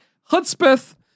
Hudspeth